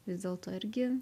vis dėlto irgi